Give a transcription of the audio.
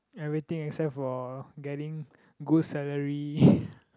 everything except for getting good salary